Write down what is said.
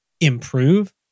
improve